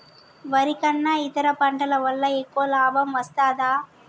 వరి కన్నా ఇతర పంటల వల్ల ఎక్కువ లాభం వస్తదా?